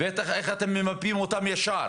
איך אתם מנפים אותם ישר.